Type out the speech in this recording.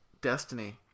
Destiny